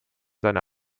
seine